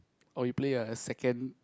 oh you play a second